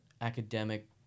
academic